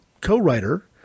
co-writer